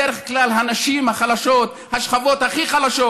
בדרך כלל הנשים החלשות, השכבות הכי חלשות.